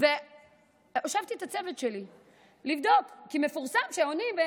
הושבתי את הצוות שלי לבדוק, כי מפורסם שעונים,